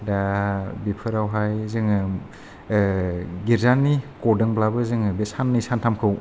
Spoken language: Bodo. दा बिफोरावहाय जोङो गिर्जानि गदोंब्लाबो जोङो साननै सानथामखौ